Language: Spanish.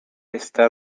está